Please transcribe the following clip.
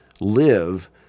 live